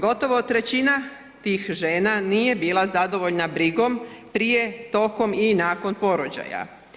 Gotovo trećina tih žena nije bila zadovoljna brigom prije, tokom i nakon porođaja.